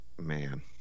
Man